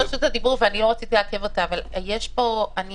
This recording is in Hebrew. לא רציתי לעכב אותה אבל יש פה בקשה,